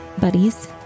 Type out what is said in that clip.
buddies